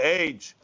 age